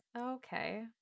Okay